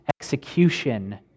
execution